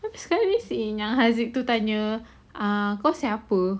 habis sekali seh yang haziq tu tanya ah kau siapa